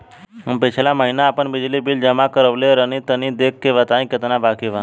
हम पिछला महीना आपन बिजली बिल जमा करवले रनि तनि देखऽ के बताईं केतना बाकि बा?